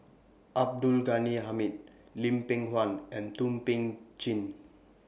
Abdul Ghani Hamid Lim Peng Han and Thum Ping Tjin